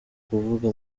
kuvuga